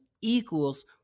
equals